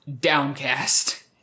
downcast